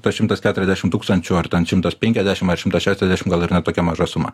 tuos šimtas keturiasdešim tūkstančių ar ten šimtas penkiasdešim ar šimtas šešiasdešim gal ir ne tokia maža suma